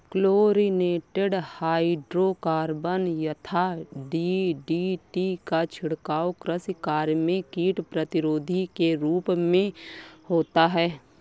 chlorinated hydrocarbon यथा DDT का छिड़काव कृषि कार्य में कीट प्रतिरोधी के रूप में होता है